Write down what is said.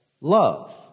love